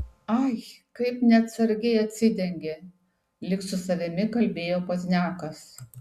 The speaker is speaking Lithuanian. ai kaip neatsargiai atsidengė lyg su savimi kalbėjo pozniakas